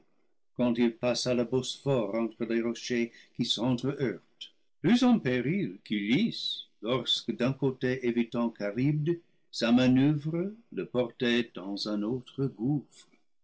quand il passa le bosphore entre les rochers qui sentre heurtent plus en péril qu'ulysse lorsque d'un côté évitant charybde sa manoeuvre le portait dans un autre gouffre